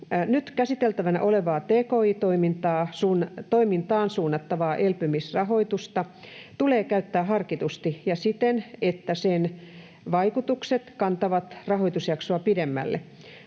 ”Nyt käsiteltävänä olevaa tki-toimintaan suunnattavaa elpymisrahoitusta tulee käyttää harkitusti ja siten, että sen vaikutukset kantavat rahoitusjaksoa pidemmälle.